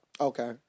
Okay